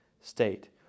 state